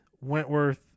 Wentworth